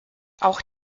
auch